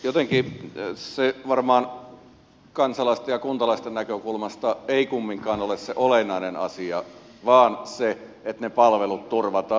jotenkin se varmaan kansalaisten ja kuntalaisten näkökulmasta ei kumminkaan ole se olennainen asia vaan se että ne palvelut turvataan